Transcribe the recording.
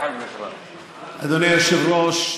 אדוני היושב-ראש,